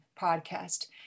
podcast